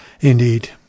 indeed